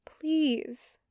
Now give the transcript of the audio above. Please